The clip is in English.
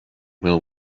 will